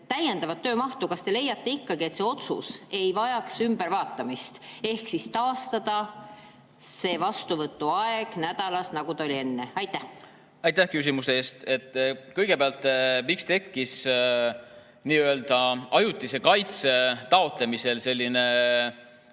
täiendavat töömahtu. Kas te leiate ikkagi, et see otsus ei vajaks ülevaatamist? Ehk taastada vastuvõtuaeg nädalas nii, nagu see oli enne. Aitäh küsimuse eest! Kõigepealt, miks tekkis nii-öelda ajutise kaitse taotlemisel selline